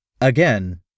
Again